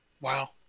Wow